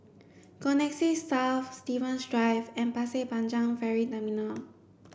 Connexis South Stevens Drive and Pasir Panjang Ferry Terminal